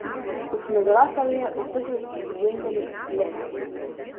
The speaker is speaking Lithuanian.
už nugaros stovėjo uždusęs giunteris glikas